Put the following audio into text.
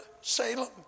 Salem